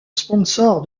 sponsor